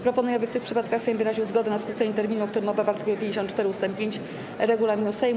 Proponuję, aby w tych przypadkach Sejm wyraził zgodę na skrócenie terminu, o którym mowa w art. 54 ust. 5 regulaminu Sejmu.